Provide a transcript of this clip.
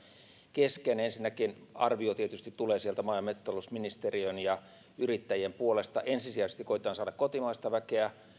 kesken ensinnäkin arvio tietysti tulee sieltä maa ja metsätalousministeriön ja yrittäjien puolelta ensisijaisesti koetetaan saada kotimaista väkeä